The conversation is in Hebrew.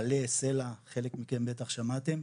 עלה, סלע, חלק מכם בטח שמעתם.